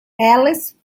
alice